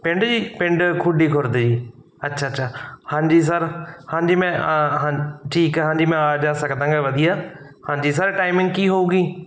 ਪਿੰਡ ਜੀ ਪਿੰਡ ਖੂਡੀ ਖੁਰਦ ਜੀ ਅੱਛਾ ਅੱਛਾ ਹਾਂਜੀ ਸਰ ਹਾਂਜੀ ਮੈਂ ਆ ਹਾਂ ਠੀਕ ਹਾਂ ਜੀ ਮੈਂ ਆ ਜਾ ਸਕਦਾ ਵਧੀਆ ਹਾਂਜੀ ਸਰ ਟਾਈਮਿੰਗ ਕੀ ਹੋਵੇਗੀ